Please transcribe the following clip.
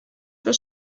für